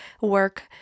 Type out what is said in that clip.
work